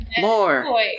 More